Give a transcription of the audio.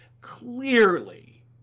Clearly